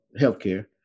healthcare